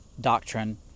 doctrine